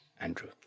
andrew